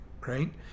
right